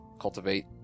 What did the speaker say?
cultivate